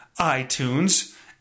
iTunes